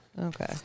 Okay